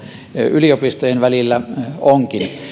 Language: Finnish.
yliopistojen välillä onkin